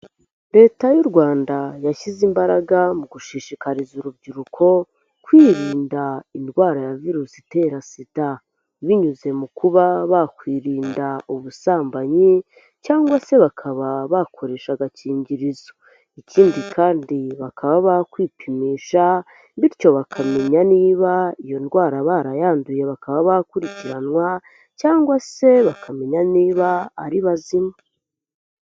Leta y'u Rwanda yashyize imbaraga mu gushishikariza urubyiruko, kwirinda indwara ya virusi itera sida, binyuze mu kuba bakwirinda ubusambanyi, cyangwa se bakaba bakoresha agakingirizo ikindi kandi bakaba bakwipimisha, bityo bakamenya niba iyo ndwara barayanduye bakaba bakurikiranwa, cyangwa se bakamenya niba ari bazima.